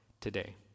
today